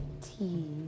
Tea